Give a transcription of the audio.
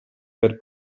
per